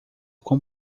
com